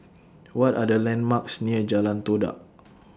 What Are The landmarks near Jalan Todak